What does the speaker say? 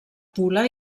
pula